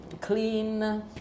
clean